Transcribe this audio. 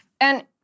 And-